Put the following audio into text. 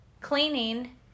Cleaning